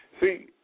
See